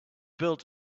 build